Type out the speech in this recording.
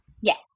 Yes